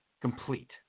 Complete